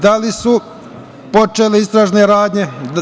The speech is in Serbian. Da li su počele istražne radnje?